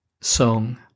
song